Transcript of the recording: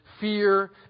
Fear